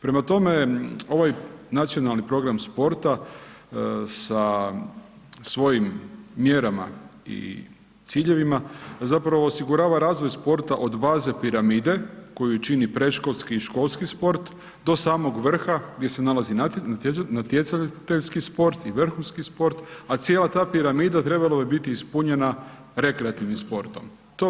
Prema tome, ovaj nacionalni program sporta sa svojim mjerama i ciljevima zapravo osigurava razvoj sporta od baze piramide koju čini predškolski i školski sport do samog vrha gdje se nalazi natjecateljski sport i vrhunski sport, a cijela ta piramida trebala bi biti ispunjena rekreativnim sportom.